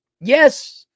Yes